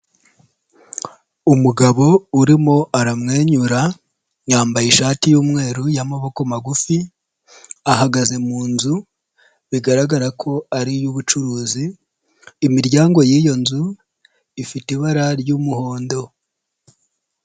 Umugabo urimo aramwenyura, yambaye ishati y'umweru ya'amaboko magufi, ahagaze mu nzu bigaragara ko ari iyubucuruzi, imiryango y'iyo nzu ifite ibara ry'umuhondo.